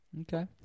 Okay